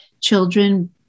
Children